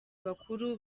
bakuru